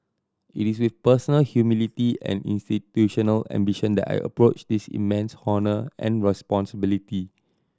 it is with personal humility and institutional ambition that I approach this immense honour and responsibility